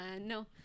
No